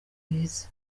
bwiza